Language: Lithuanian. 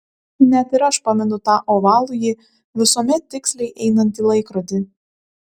net ir aš pamenu tą ovalųjį visuomet tiksliai einantį laikrodį